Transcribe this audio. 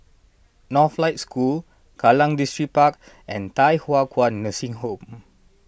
Northlight School Kallang Distripark and Thye Hua Kwan Nursing Home